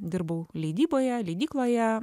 dirbau leidyboje leidykloje na